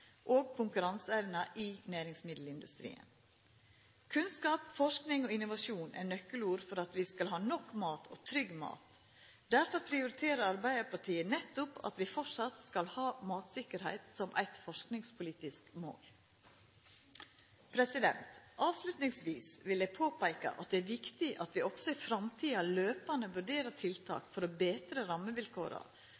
og konkurranseevne i næringsmiddelindustrien. Kunnskap, forsking og innovasjon er nøkkelord for at vi skal ha nok mat og trygg mat. Derfor prioriterer Arbeidarpartiet nettopp at vi framleis skal ha matsikkerheit som eit forskingspolitisk mål. Til slutt vil eg påpeika at det er viktig at vi også i framtida løpande vurderer